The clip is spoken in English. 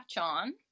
on